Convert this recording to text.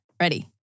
Ready